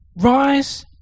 Rise